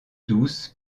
douce